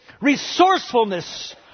resourcefulness